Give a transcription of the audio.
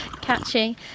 Catchy